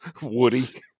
woody